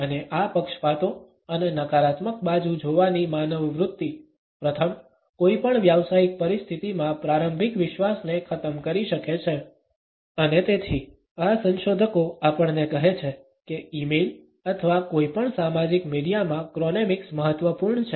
અને આ પક્ષપાતો અને નકારાત્મક બાજુ જોવાની માનવ વૃત્તિ પ્રથમ કોઈપણ વ્યાવસાયિક પરિસ્થિતિમાં પ્રારંભિક વિશ્વાસને ખતમ કરી શકે છે અને તેથી આ સંશોધકો આપણને કહે છે કે ઇમેઇલ અથવા કોઈપણ સામાજિક મીડિયામાં ક્રોનેમિક્સ મહત્વપૂર્ણ છે